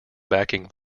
backing